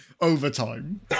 overtime